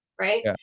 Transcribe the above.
right